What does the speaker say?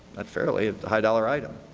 not fairly, a high dollar item.